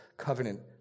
covenant